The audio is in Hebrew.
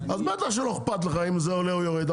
אז בטח שלא אכפת לך אם זה עולה או יורד,